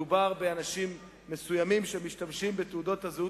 מדובר באנשים מסוימים שמשתמשים בתעודות הזהות